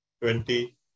twenty